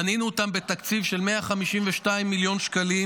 בנינו אותם בתקציב של 152 מיליון שקלים,